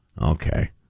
okay